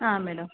ಹಾಂ ಮೇಡಮ್